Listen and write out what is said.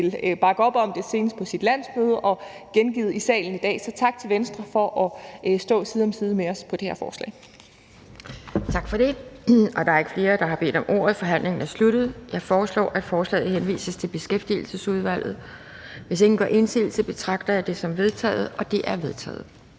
bakke op om det, senest på sit landsmøde, og det er gengivet i salen i dag. Så tak til Venstre for at stå side om side med os i forhold til det her forslag. Kl. 12:53 Anden næstformand (Pia Kjærsgaard): Tak for det. Der er ikke flere, der har bedt om ordet, og så er forhandlingen sluttet. Jeg foreslår, at forslaget henvises til Beskæftigelsesudvalget. Hvis ingen gør indsigelse, betragter jeg det som vedtaget. Det er vedtaget.